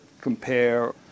compare